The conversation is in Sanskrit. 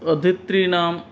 अध्येतॄणां